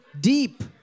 deep